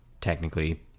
technically